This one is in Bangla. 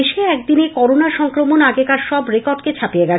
দেশে একদিনে করোনা সংক্রমণ আগেকার সব রেকর্ডকেই ছাপিয়ে গেল